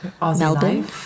Melbourne